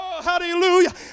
hallelujah